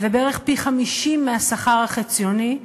ובערך פי-50 מהשכר החציוני,